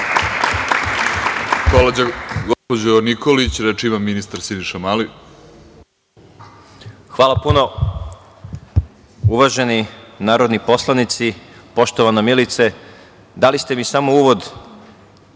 Hvala puno. Uvaženi narodni poslanici, poštovana Milice, dali ste mi samo uvod